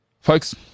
folks